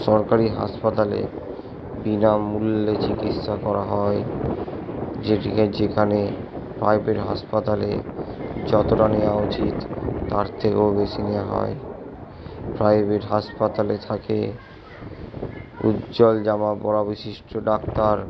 সরকারি হাসপাতালে বিনামূল্যে চিকিৎসা করা হয় যেটিকে যেখানে প্রাইভেট হাসপাতালে যতোটা নেওয়া উচিত তার থেকেও বেশি নেওয়া হয় প্রাইভেট হাসপাতালে থাকে উজ্জ্বল জামা পরা বিশিষ্ট ডাক্তার